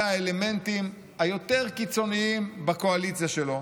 האלמנטים היותר-קיצוניים בקואליציה שלו,